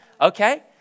Okay